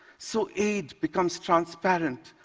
so aid becomes transparent,